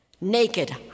naked